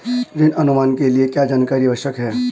ऋण अनुमान के लिए क्या जानकारी आवश्यक है?